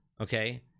okay